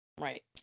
Right